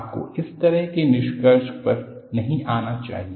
आपको इस तरह के निष्कर्ष पर नहीं आना चाहिए